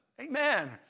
amen